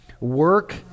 work